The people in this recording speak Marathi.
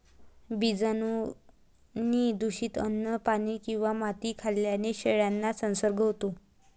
बीजाणूंनी दूषित अन्न, पाणी किंवा माती खाल्ल्याने शेळ्यांना संसर्ग होतो